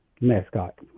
mascot